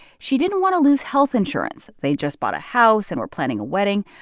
she didn't want to lose health insurance. they'd just bought a house and were planning a wedding.